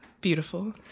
Beautiful